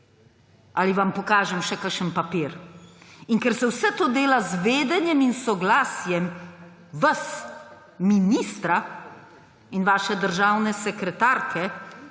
Ali vam pokažem še kakšen papir? In ker se vse to dela z vedenjem in soglasjem vas, ministra in vaše državne sekretarke,